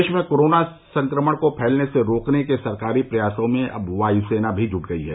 देश में कोरोना संक्रमण को फैलने से रोकने के सरकारी प्रयासों में अब वायुसेना भी जुट गई है